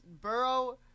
Burrow